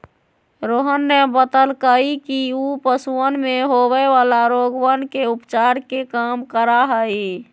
रोहन ने बतल कई कि ऊ पशुवन में होवे वाला रोगवन के उपचार के काम करा हई